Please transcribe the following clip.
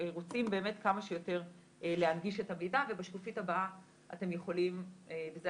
רוצים באמת כמה שיותר להנגיש את המידע ובשקופית הבאה אתם יכולים לראות.